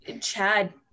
Chad